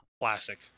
Classic